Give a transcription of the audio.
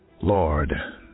Lord